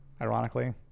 Ironically